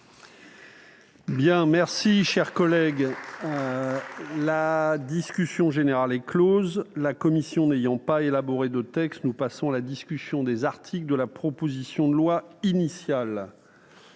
les dispositifs existants. La discussion générale est close. La commission n'ayant pas élaboré de texte, nous passons à la discussion des articles de la proposition de loi initiale.